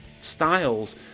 styles